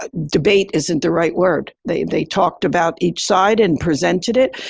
ah debate isn't the right word, they they talked about each side and presented it.